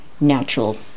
natural